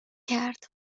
کرد